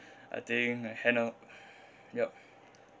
I think I hand ov~ yup